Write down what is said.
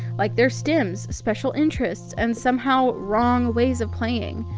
like their stims, special interests, and somehow wrong ways of playing.